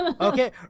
Okay